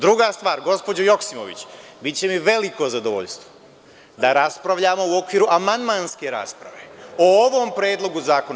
Druga stvar, gospođo Joksimović, biće mi veliko zadovoljstvo da raspravljamo u okviru amandmanske rasprave o ovom Predlogu zakona.